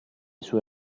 sue